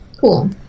Cool